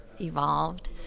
evolved